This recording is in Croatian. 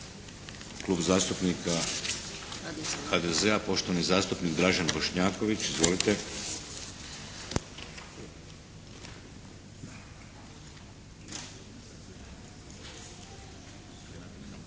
Klub zastupnika HDZ-a, poštovani zastupnik Dražen Bošnjaković. Izvolite.